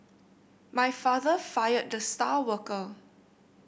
my father fired the star worker